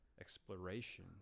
exploration